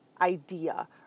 idea